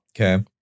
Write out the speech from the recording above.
Okay